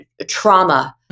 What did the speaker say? trauma